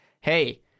hey